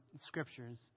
scriptures